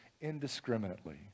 indiscriminately